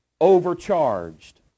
overcharged